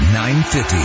950